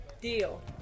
Deal